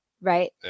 right